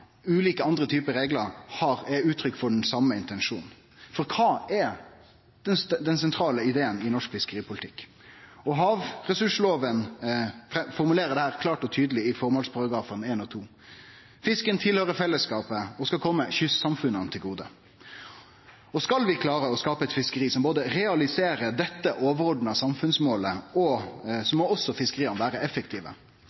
ulike andre typar reglar er uttrykk for den same intensjonen. For kva er den sentrale ideen i norsk fiskeripolitikk? Havressurslova formulerer formåla klart og tydeleg i § 1 og § 2: Fisken høyrer fellesskapet til og skal kome kystsamfunna til gode. Skal vi klare å skape eit fiskeri som realiserer dette overordna samfunnsmålet,